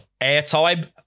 airtime